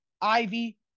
Ivy